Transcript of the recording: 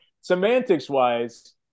semantics-wise